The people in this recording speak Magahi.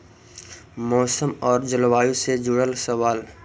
मौसम और जलवायु से जुड़ल सवाल?